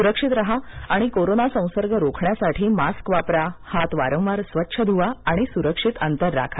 सुरक्षित राहा आणि कोरोना संसर्ग रोखण्यासाठी मास्क वापरा हात वारंवार स्वच्छ धुवा आणि सुरक्षित अंतर राखा